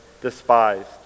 despised